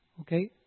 Okay